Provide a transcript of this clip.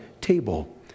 table